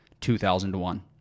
2001